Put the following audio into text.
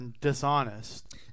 dishonest